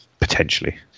Potentially